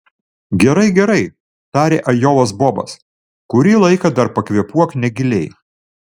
gerai gerai tarė ajovos bobas kurį laiką dar pakvėpuok negiliai